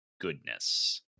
goodness